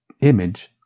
image